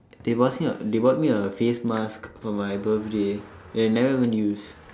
they bus me a they bought me a face mask for my birthday that I never even use